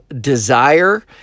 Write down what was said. desire